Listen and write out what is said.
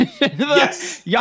Yes